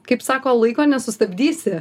kaip sako laiko nesustabdysi